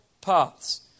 paths